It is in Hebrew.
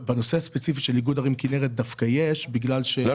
בנושא הספציפי של איגוד ערים כינרת דווקא יש בגלל --- לא.